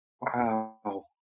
Wow